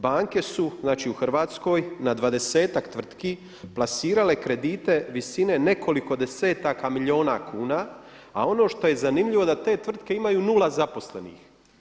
Banke su znači u Hrvatskoj na 20-ak tvrtki plasirale kredite visine nekoliko desetaka milijuna kuna, a ono što je zanimljivo da te tvrtke imaju 0 zaposlenih.